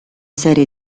serie